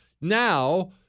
Now